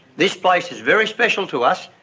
this place is very special to us,